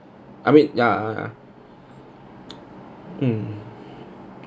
I mean ya mm